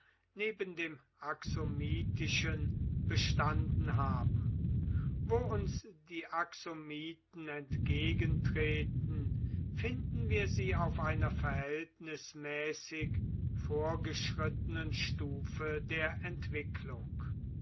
neben dem axomitischen bestanden haben wo uns die axomiten entgegentreten finden wir sie auf einer verhältnismäßig vorgeschrittenen stufe der entwicklung